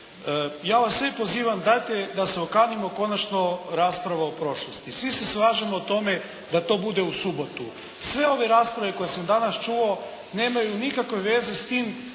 Ja vas sve pozivam dajte da se okanimo konačno rasprava o prošlosti. Svi se slažemo o tome da to bude u subotu. Sve ove rasprave koje sam danas čuo nemaju nikakve veze s tim